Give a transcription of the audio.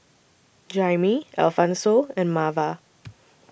Jaimie Alphonso and Marva